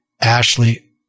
Ashley